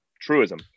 truism